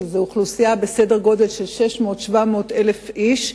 לאוכלוסייה של 600,000 700,000 איש,